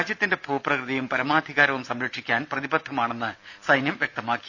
രാജ്യത്തിന്റെ ഭൂപ്രകൃതിയും പരമാധികാരവും സംരക്ഷിക്കാൻ പ്രതിബദ്ധമാണെന്നും സൈന്യം വ്യക്തമാക്കി